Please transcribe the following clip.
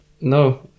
No